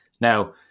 Now